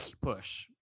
push